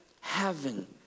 heaven